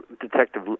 Detective